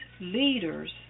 leaders